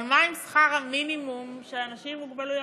אבל מה עם שכר המינימום של אנשים עם מוגבלויות,